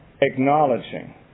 Acknowledging